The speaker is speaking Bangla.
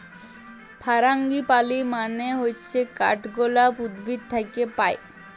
ফারাঙ্গিপালি মানে হচ্যে কাঠগলাপ উদ্ভিদ থাক্যে পায়